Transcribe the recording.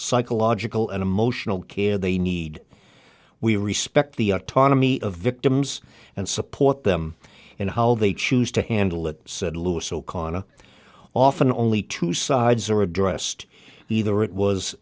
psychological and emotional care they need we respect the autonomy of victims and support them in how they choose to handle it said lewis o'connor often only two sides are addressed either it was